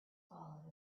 followed